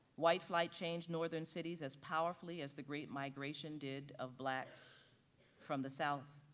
white flight changed northern cities as powerfully as the great migration did of blacks from the south.